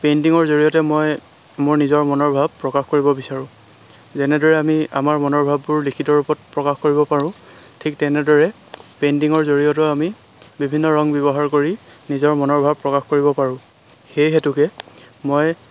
পেইণ্টিঙৰ জৰিয়তে মই মোৰ নিজৰ মনৰ ভাৱ প্ৰকাশ কৰিব বিচাৰোঁ যেনেদৰে আমি আমাৰ মনৰ ভাৱবোৰ লিখিত ৰূপত প্ৰকাশ কৰিব পাৰোঁ ঠিক তেনেদৰে পেইণ্টিঙৰ জৰিয়তেও আমি বিভিন্ন ৰং ব্যৱহাৰ কৰি নিজৰ মনৰ ভাৱ প্ৰকাশ কৰিব পাৰোঁ সেই হেতুকে মই